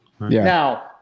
Now